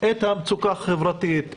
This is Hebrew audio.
את המצוקה החברתית,